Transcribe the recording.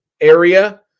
area